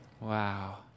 Wow